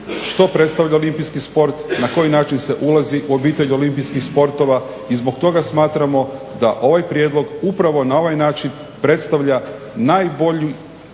što predstavlja olimpijski sport, na koji način se ulazi u obitelj olimpijskih sportova i zbog toga smatramo da ovaj prijedlog upravo na ovaj način predstavlja najbolji